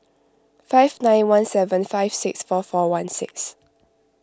five nine one seven five six four four one six